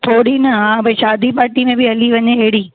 थोरी न हा भाई शादी पार्टी में बि हली वञे अहिड़ी